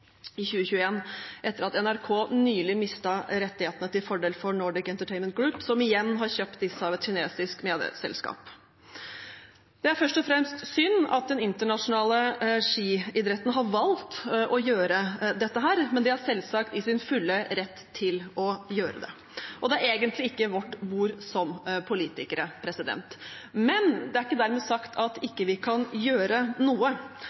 i 2021, etter at NRK nylig mistet rettighetene til fordel for Nordic Entertainment Group, som igjen har kjøpt disse av et kinesisk medieselskap. Det er først og fremst synd at den internasjonale skiidretten har valgt å gjøre dette, for de er selvsagt i sin fulle rett, og det er egentlig ikke vårt bord som politikere, men det er ikke dermed sagt at vi ikke kan gjøre noe.